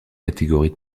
catégories